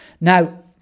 Now